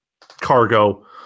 cargo